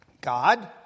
God